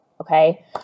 Okay